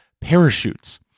parachutes